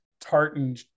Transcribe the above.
tartan